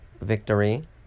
Victory